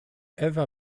ewa